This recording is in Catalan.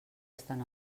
estan